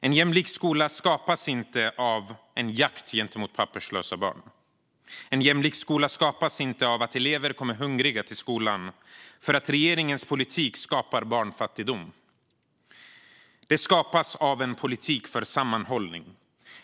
En jämlik skola skapas inte av jakt riktad mot papperslösa barn. En jämlik skola skapas inte av att elever kommer hungriga till skolan för att regeringens politik skapar barnfattigdom. En jämlik skola skapas av en politik för sammanhållning.